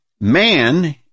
man